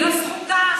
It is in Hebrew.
זו זכותם.